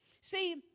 See